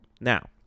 now